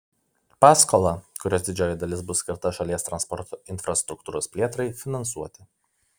paskolą kurios didžioji dalis bus skirta šalies transporto infrastruktūros plėtrai finansuoti